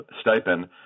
stipend